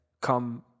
Come